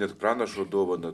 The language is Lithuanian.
net pranašo dovaną